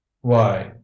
Why